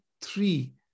three